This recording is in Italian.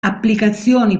applicazioni